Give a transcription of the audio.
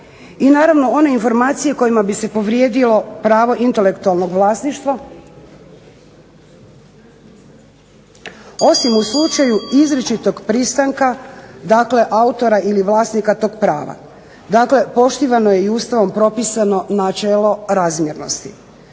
I naravno one informacije kojima bi se povrijedilo pravo intelektualnog vlasništva osim u slučaju izričitog pristanka, dakle autora ili vlasnika tog prava. Dakle, poštivano je i Ustavom propisano načelo razmjernosti.